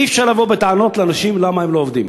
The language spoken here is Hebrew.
אי-אפשר לבוא בטענות לאנשים למה הם לא עובדים.